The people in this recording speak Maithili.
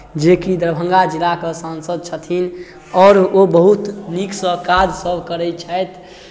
जेकि दरभंगा जिलाके सांसद छथिन आओर ओ बहुत नीक सँ काजसभ करै छथि